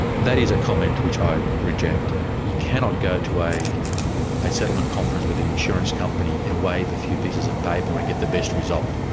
that is a comment which i reject. you cannot go to a settlement conference with an insurance company and wave a few pieces of paper and get the best result.